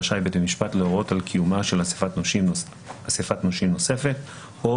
רשאי בית המשפט להורות על קיומה של אסיפת נושים נוספת או